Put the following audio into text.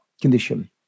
condition